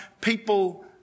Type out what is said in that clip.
people